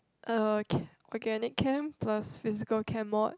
uh che~ organic chem plus physical chem mod